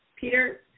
Peter